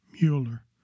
Mueller